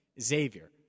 Xavier